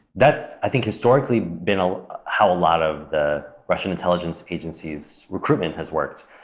that's, i think, historically been ah how a lot of the russian intelligence agencies' recruitment has worked.